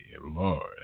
Lord